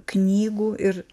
knygų ir